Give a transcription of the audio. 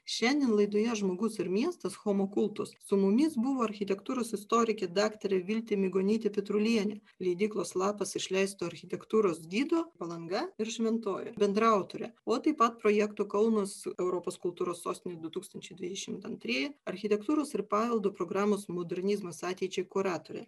šiandien laidoje žmogus ir miestas homo kultus su mumis buvo architektūros istorikė daktarė viltė migonytė petrulienė leidyklos lapas išleisto architektūros gido palanga ir šventoji bendraautorė o taip pat projekto kaunas europos kultūros sostinė du tūkstančiai dvidešimt antrieji architektūros ir paveldo programos modernizmas ateičiai kuratorė